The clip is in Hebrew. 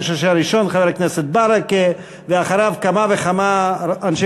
אני חושב שהראשון היה חבר הכנסת ברכה ואחריו כמה וכמה אנשי